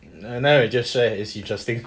vietnam is just so and is interesting